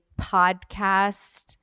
podcast